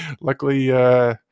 Luckily